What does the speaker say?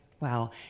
Wow